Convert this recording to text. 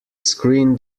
screen